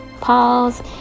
Pause